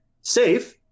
safe